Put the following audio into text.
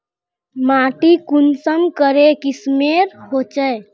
माटी कुंसम करे किस्मेर होचए?